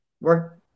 work